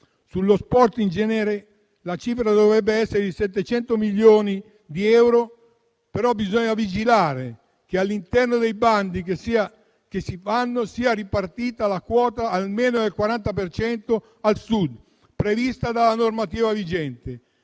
sullo sport in genere la cifra dovrebbe essere di 700 milioni di euro. Bisogna però vigilare che, all'interno dei bandi che si faranno, venga ripartita la quota almeno del 40 per cento al Sud prevista dalla normativa vigente